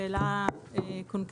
אני נוקטת בשאלה קונקרטית.